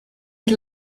had